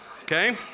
Okay